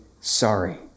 sorry